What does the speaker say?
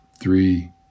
three